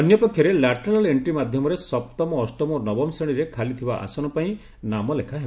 ଅନ୍ୟପକ୍ଷରେ lateral entry ମାଧ୍ଧମରେ ସପ୍ତମ ଅଷ୍ଟମ ଓ ନବମ ଶ୍ରେଶୀରେ ଖାଲି ଥିବା ଆସନ ପାଇଁ ନାମଲେଖା ହେବ